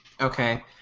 okay